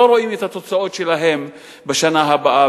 לא רואים את התוצאות שלהן בשנה הבאה,